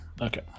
okay